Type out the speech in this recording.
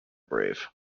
brave